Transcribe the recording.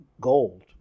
gold